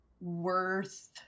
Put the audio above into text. worth